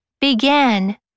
began